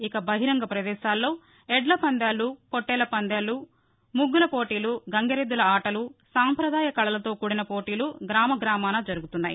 ఇక బహిరంగ ప్రదేశాల్లో ఎడ్ష పందేలు పొట్టేళ్ల పందేలు ముగ్గుల పోటీలు గంగిరెద్దుల ఆటలు సాంపదాయ కళలతో కూడిన పోటీలు గ్రామ్మగామాన జరుగుతున్నాయి